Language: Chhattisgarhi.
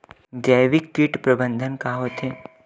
जैविक कीट प्रबंधन का होथे?